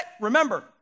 Remember